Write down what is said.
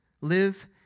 live